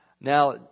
Now